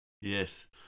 Yes